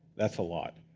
that's a lot.